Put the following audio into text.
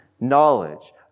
knowledge